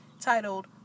titled